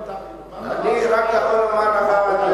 הוא אמר דבר לא פרלמנטרי, אני רק יכול לומר לך,